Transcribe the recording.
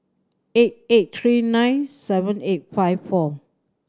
eight eight three nine seven eight five four